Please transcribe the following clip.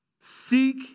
Seek